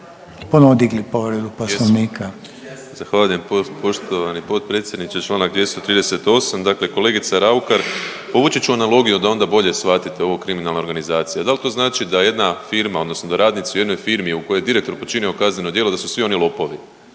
Damir (HDZ)** Jesam. Zahvaljujem poštovani potpredsjedniče. Članak 238. Dakle, kolegica Raukar povući ću analogiju da onda bolje shvatite ovu kriminalna organizacija. Da li to znači da jedna firma, odnosno da radnici u jednoj firmi u kojoj je direktor počinio kazneno djelo da su svi oni lopovi.